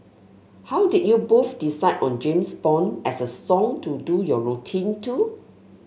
how did you both decide on James Bond as a song to do your routine to